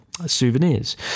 souvenirs